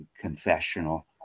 confessional